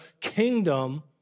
kingdom